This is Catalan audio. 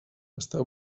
està